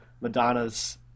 madonna's